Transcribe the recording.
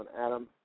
Adam